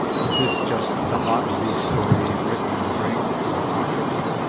is this just the heart disease story written in the brain through the arteries?